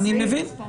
אני מבין.